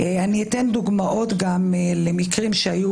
ניקח לדוגמה את המסכות לקלפיות ולוועדות הקלפי.